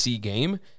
game